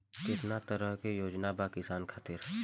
केतना तरह के योजना बा किसान खातिर?